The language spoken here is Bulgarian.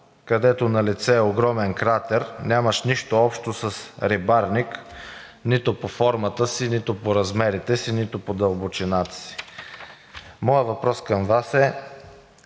където е налице огромен кратер, нямащ нищо общо с рибарник нито по формата си, нито по размерите си, нито по дълбочината си. Моят въпрос към Вас е: